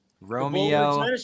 Romeo